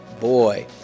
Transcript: boy